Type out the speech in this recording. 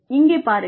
இங்கே பாருங்கள்